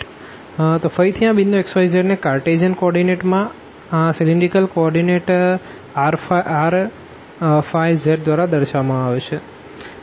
તો ફરીથી આ પોઈન્ટ xyz ને કારટેઝિયન કો ઓર્ડીનેટ માં આ સીલીન્દ્રીકલ કો ઓર્ડીનેટ rϕz દ્વારા દર્શાવવામાં આવશે